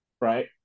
right